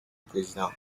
président